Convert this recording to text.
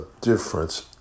difference